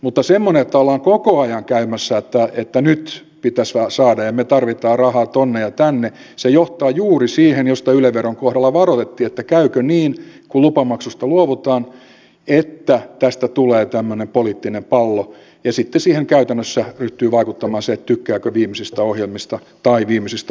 mutta semmoinen että ollaan koko ajan että nyt pitäisi saada ja me tarvitsemme rahaa tuonne ja tänne johtaa juuri siihen josta yle veron kohdalla varoitettiin että kun lupamaksusta luovutaan käykö niin että tästä tulee tämmöinen poliittinen pallo ja sitten siihen käytännössä ryhtyy vaikuttamaan se tykkääkö viimeisistä ohjelmista tai viimeisistä uutisista